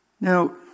Now